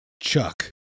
Chuck